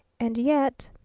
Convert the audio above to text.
and yet